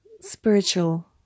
spiritual